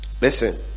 listen